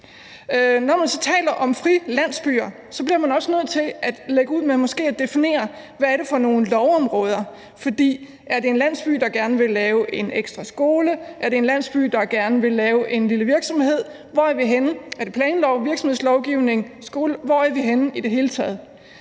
Når man så taler om frilandsbyer, bliver man også nødt til at lægge ud med måske at definere, hvad det er for nogle lovområder. For er det en landsby, der gerne vil lave en ekstra skole? Er det en landsby, der gerne vil lave en lille virksomhed? Hvor er vi henne? Er det planlov, virksomhedslovgivning, skole? Hvor er vi henne i det hele taget?